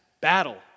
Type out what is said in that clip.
battle